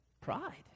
pride